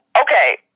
okay